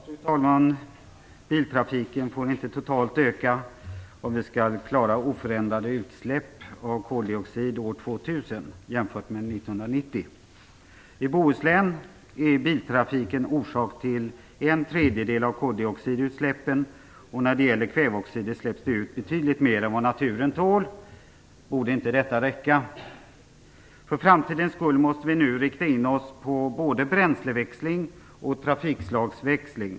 Fru talman! Biltrafiken får inte totalt öka, om vi skall klara oförändrade utsläpp av koldioxid år 2000 I Bohuslän är biltrafiken orsak till en tredjedel av koldioxidutsläppen, och när det gäller kväveoxider släpps det ut betydligt mer än vad naturen tål. Borde inte detta räcka? För framtidens skull måste vi nu rikta in oss på både bränsleväxling och trafikslagsväxling.